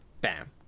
Bam